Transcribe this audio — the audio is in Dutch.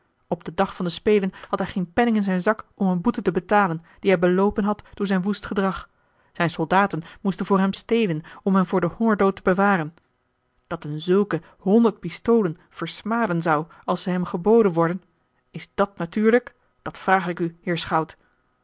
op den dag van de spelen had hij geen penning in zijn zak om eene boete te betalen die hij beloopen had door zijn woest gedrag zijne soldaten moesten voor hem stelen om hem voor den hongerdood te bewaren dat een zulke honderd pistolen versmaden zou als ze hem geboden worden is dàt natuurlijk dat vrage ik u heer schout